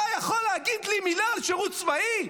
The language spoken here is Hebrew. אתה יכול להגיד לי מילה על שירות צבאי?